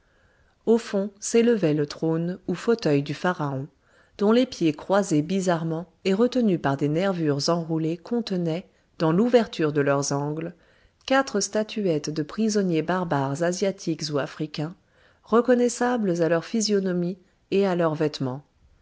au fond s'élevait le trône ou fauteuil du pharaon dont les pieds croisés bizarrement et retenus par des nervures enroulées contenaient dans l'ouverture de leurs angles quatre statuettes de prisonniers barbares asiatiques ou africains reconnaissables à leurs physionomies et à leurs vêtements